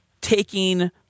taking